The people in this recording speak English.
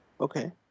Okay